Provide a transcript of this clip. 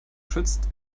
schützt